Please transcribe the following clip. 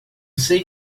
sei